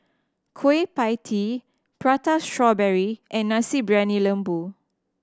Kueh Pie Tee Prata Strawberry and Nasi Briyani Lembu